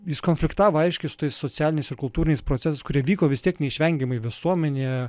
jis konfliktavo aiškiai su tais socialiniais ir kultūriniais procesais kurie vyko vis tiek neišvengiamai visuomenėje